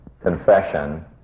confession